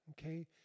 okay